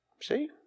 See